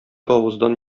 авыздан